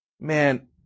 Man